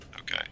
Okay